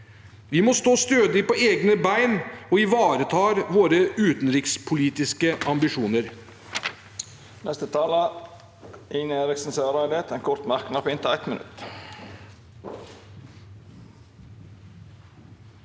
Vi må stå stødig på egne bein og ivareta våre utenrikspolitiske ambisjoner.